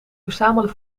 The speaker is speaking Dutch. verzamelen